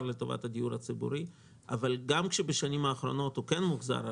לטובת הדיור הציבורי אבל גם כאשר בשנים האחרונות הוא כן מוחזר,